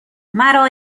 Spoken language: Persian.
مرا